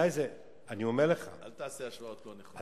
אל תעשה השוואות לא נכונות.